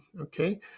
okay